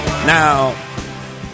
Now